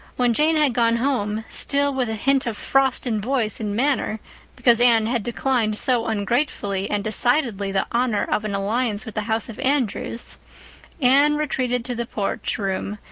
when jane had gone home still with a hint of frost in voice and manner because anne had declined so ungratefully and decidedly the honor of an alliance with the house of andrews anne retreated to the porch room,